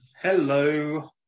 Hello